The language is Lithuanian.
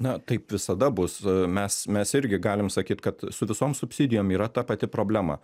na taip visada bus mes mes irgi galim sakyt kad su visom subsidijom yra ta pati problema